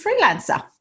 freelancer